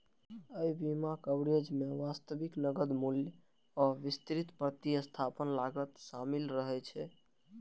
अय बीमा कवरेज मे वास्तविक नकद मूल्य आ विस्तृत प्रतिस्थापन लागत शामिल रहै छै